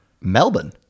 Melbourne